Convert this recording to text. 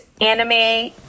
anime